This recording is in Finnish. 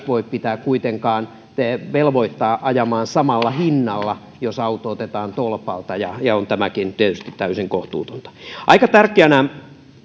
voi kuitenkaan velvoittaa ajamaan samalla hinnalla jos auto otetaan tolpalta ja ja on tämäkin tietysti täysin kohtuutonta aika tärkeänä